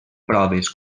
proves